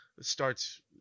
starts